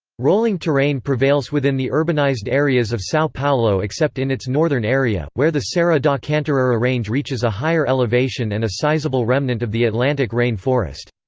rolling terrain prevails within the urbanized areas of sao paulo except in its northern area, where the serra da cantareira range reaches a higher elevation and a sizable remnant of the atlantic rain forest.